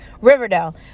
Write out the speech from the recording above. Riverdale